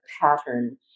pattern